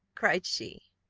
cried she,